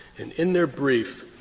and in their brief,